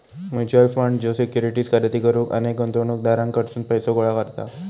mutual fund ज्यो securities खरेदी करुक अनेक गुंतवणूकदारांकडसून पैसो गोळा करता